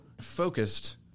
focused